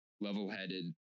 level-headed